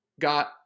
got